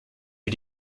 für